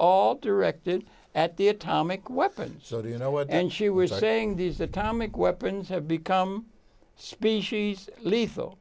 all directed at the atomic weapons so do you know what and she was saying these atomic weapons have become species lethal